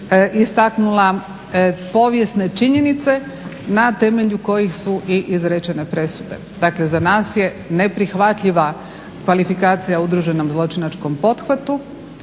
istaknula povijesne činjenice na temelju kojih su i izrečene presude. Dakle za nas je neprihvatljiva kvalifikacija udruženom zločinačkom pothvatu.